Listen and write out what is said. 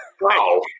Wow